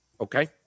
okay